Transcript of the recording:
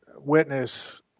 witness